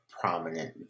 prominent